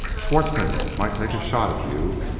schwartzmann might take a shot at you,